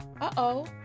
Uh-oh